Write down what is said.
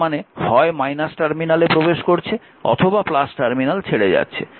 তার মানে হয় টার্মিনালে প্রবেশ করছে অথবা টার্মিনাল ছেড়ে যাচ্ছে